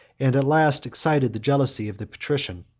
and at last excited the jealousy of the patrician,